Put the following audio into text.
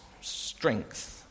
strength